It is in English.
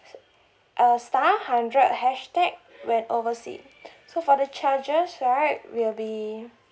uh star hundred hashtag when oversea so for the charges right will be